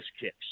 kicks